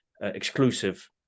exclusive